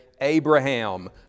Abraham